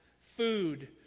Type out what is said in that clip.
food